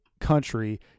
country